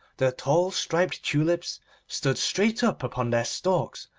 the tall striped tulips stood straight up upon their stalks,